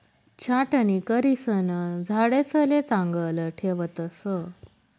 छाटणी करिसन झाडेसले चांगलं ठेवतस